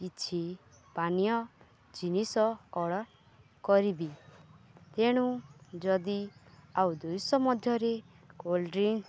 କିଛି ପାନୀୟ ଜିନିଷ ଅର୍ଡ଼ର କରିବି ତେଣୁ ଯଦି ଆଉ ଦୁଇଶହ ମଧ୍ୟରେ କୋଲ୍ଡ୍ରିଙ୍କ୍ସ